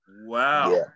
wow